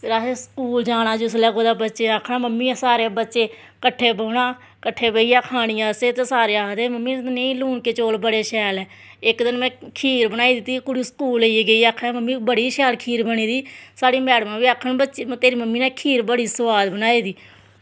ते असें स्कूल जाना जेल्लै कुदै ते बच्चें आक्खना मम्मी एह् सारे बच्चे कट्ठे बौह्ना ते कट्ठे बेहियै खानियां असें सारियां ते सारे आक्खदे की बच्चे आक्खदे नेईं मम्मी लुनके चौल बड़े शैल ऐ इक दिन में खीर बनाई दित्ती कुड़ी स्कूल लेइयै गेई आक्खदी मम्मी बड़ी शैल खीर बनी दी ही ते साढ़ी मैडम बी आक्खन की तेरी मम्मी नै खीर बड़ी सोआद बनाई दी